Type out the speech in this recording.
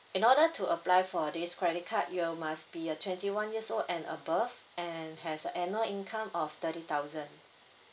in order to apply for this credit card you must be a twenty one years old and above and has a annual income of thirty thousand